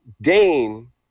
Dane